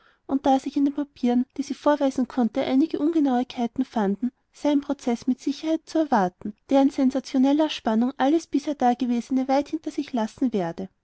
und da sich in den papieren die sie vorweisen konnte einige ungenauigkeiten fänden sei ein prozeß mit sicherheit zu erwarten der an sensationeller spannung alles bisher dagewesene weit hinter sich lassen werde